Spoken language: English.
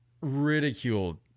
ridiculed